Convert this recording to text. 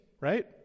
right